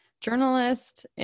journalist